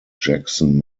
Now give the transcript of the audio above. jackson